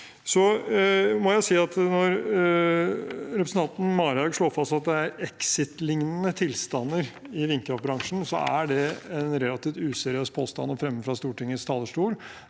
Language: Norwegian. når representanten Marhaug slår fast at det er Exit-liknende tilstander i vindkraftbransjen, er det en relativt useriøs påstand å fremme fra Stortingets talerstol.